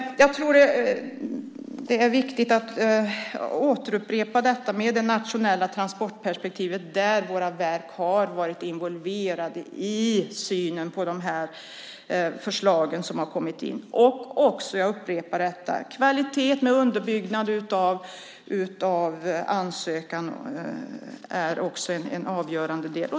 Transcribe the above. Jag vill återigen upprepa detta med det nationella transportperspektivet, där våra verk har varit involverade i synen på de förslag som kommit in. Jag vill också upprepa att kvalitet underbyggd i ansökan också är en avgörande del.